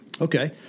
Okay